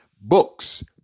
books